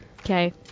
Okay